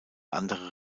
andere